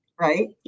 right